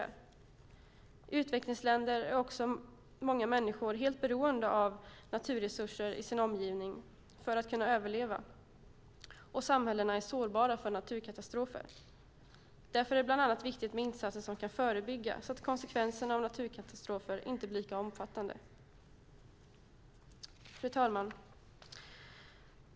I utvecklingsländer är många människor helt beroende av naturresurser i omgivningen för att överleva, och samhällena är sårbara för naturkatastrofer. Det är därför bland annat viktigt med insatser som kan förebygga, så att konsekvenserna av naturkatastrofer inte blir lika omfattande. Fru talman!